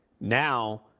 now